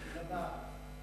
הוא לא בארץ.